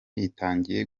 itangiye